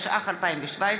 התשע"ח 2017,